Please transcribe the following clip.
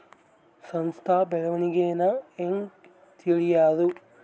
ಸಂಸ್ಥ ಬೆಳವಣಿಗೇನ ಹೆಂಗ್ ತಿಳ್ಯೇದು